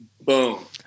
boom